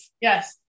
Yes